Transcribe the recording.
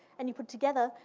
and you put together,